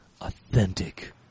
authentic